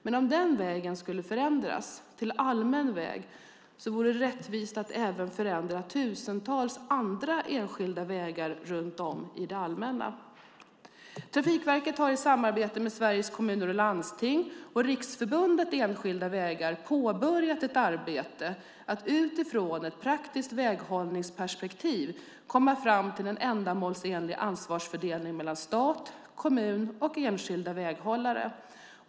Men om den vägen skulle förändras till allmän väg vore det rättvist att även förändra tusentals andra enskilda vägar runt om i landet till allmänna. Trafikverket har i samarbete med Sveriges Kommuner och Landsting och Riksförbundet Enskilda Vägar påbörjat ett arbete att utifrån ett praktiskt väghållningsperspektiv komma fram till en ändamålsenlig ansvarsfördelning mellan stat, kommun och enskilda väghållare.